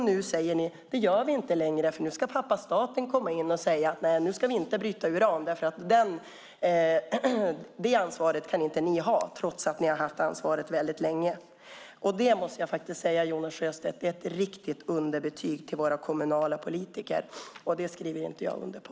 Nu säger ni: Det gör vi inte längre, för nu ska pappa staten komma in och säga att vi inte ska bryta uran och att de kommunala företrädarna inte kan ha detta ansvar trots att de har haft det länge! Jonas Sjöstedt! Jag måste säga att det är ett riktigt underbetyg till våra kommunala politiker. Det skriver inte jag under på.